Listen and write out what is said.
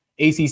ACC